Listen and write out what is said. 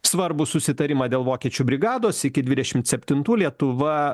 svarbų susitarimą dėl vokiečių brigados iki dvidešim septintų lietuva